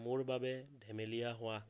মোৰ বাবে ধেমেলীয়া হোৱা